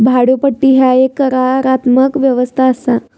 भाड्योपट्टी ह्या एक करारात्मक व्यवस्था असा